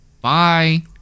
Bye